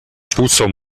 puso